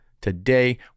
Today